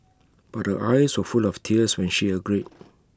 but her eyes were full of tears when she agreed